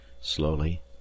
slowly